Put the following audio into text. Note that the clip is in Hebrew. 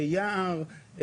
יער,